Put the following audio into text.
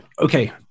Okay